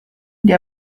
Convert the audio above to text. dia